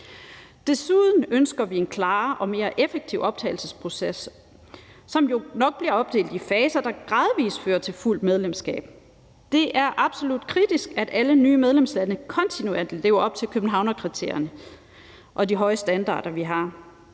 Desuden ønsker vi en klarere og mere effektiv optagelsesproces, som jo nok bliver opdelt i faser, der gradvis fører til fuldt medlemskab. Det er absolut kritisk at alle nye medlemslande lever op til Københavnskriterierne og de høje standarder, vi har.